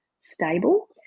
stable